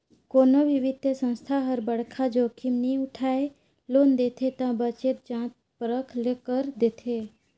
कोनो भी बित्तीय संस्था हर बड़खा जोखिम नी उठाय लोन देथे ता बतेच जांच परख कर देथे